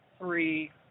three